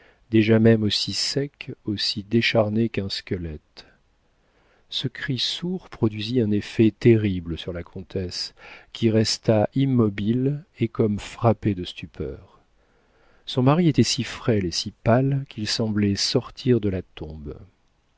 déjà même aussi sec aussi décharné qu'un squelette ce cri sourd produisit un effet terrible sur la comtesse qui resta immobile et comme frappée de stupeur son mari était si frêle et si pâle qu'il semblait sortir de la tombe